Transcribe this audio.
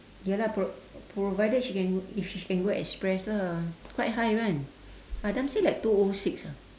ya lah pro~ provided she can if she can go express lah quite high kan adam say like two O six ah